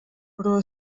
però